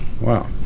Wow